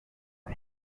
are